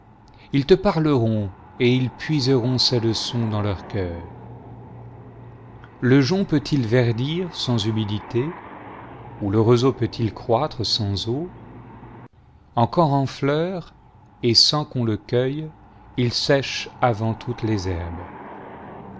ils te parleront et ils puiseront ces leçons dans leur cœur le jonc peut-il verdir sans humidité ou le roseau peut-il croître sans eau encore en fleur et sans qu'on lecueille il sèche avant toutes les herbes